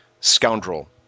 scoundrel